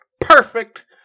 perfect